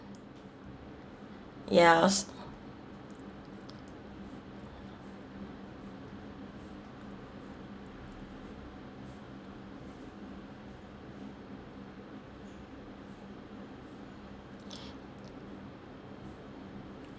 ya s~